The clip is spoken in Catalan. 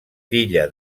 filla